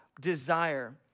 desire